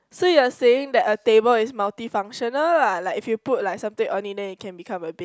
so you are saying that a table is multi functional lah like if you put like something on it then it can become a bed